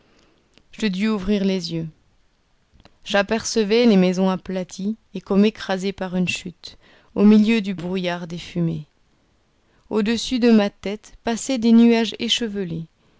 je dus ouvrir les yeux j'apercevais les maisons aplaties et comme écrasées par une chute au milieu du brouillard des fumées au-dessus de ma tête passaient des nuages échevelés